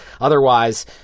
Otherwise